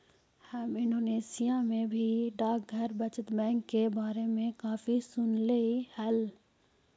हम इंडोनेशिया में भी डाकघर बचत बैंक के बारे में काफी सुनली हल